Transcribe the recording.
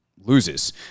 loses